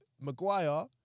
Maguire